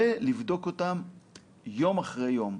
ולבדוק אותם יום אחרי יום.